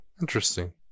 Interesting